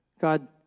God